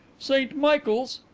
st michael's!